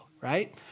right